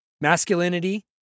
Masculinity